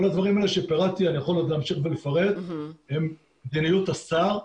כל הדברים האלה שפירטי אני יכול עוד להמשיך ולפרט הם מדיניות השר,